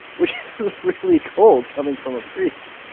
which is really cold coming from a priest!